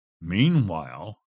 Meanwhile